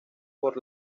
por